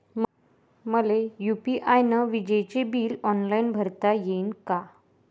मले यू.पी.आय न विजेचे बिल ऑनलाईन भरता येईन का?